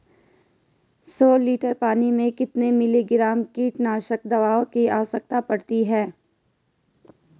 सौ लीटर पानी में कितने मिलीग्राम कीटनाशक दवाओं की आवश्यकता पड़ती है?